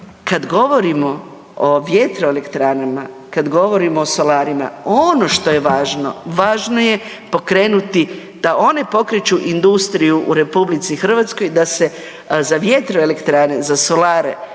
Kad govorimo o vjetroelektranama, kad govorimo o solarima, ono što je važno važno je pokrenuti da one pokreću industriju u RH da se za vjetroelektrane, za solare,